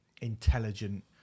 intelligent